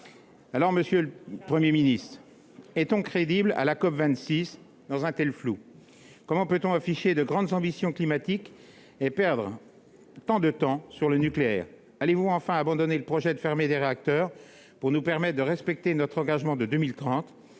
flou, monsieur le Premier ministre ? Comment peut-on afficher de grandes ambitions climatiques et perdre tant de temps sur le nucléaire ? Allez-vous enfin abandonner le projet de fermer des réacteurs pour nous permettre de respecter notre engagement de 2030